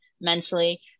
mentally